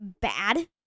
bad